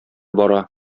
бара